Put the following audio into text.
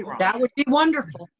that would be wonderful.